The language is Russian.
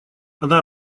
она